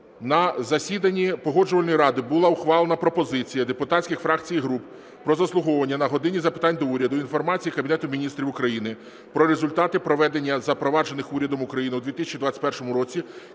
На засіданні Погоджувальної ради була ухвалена пропозиція депутатських фракцій і груп про заслуховування на "годині запитань до Уряду" інформації Кабінету Міністрів України про результати проведення запроваджених урядом України у 2021 році